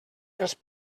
els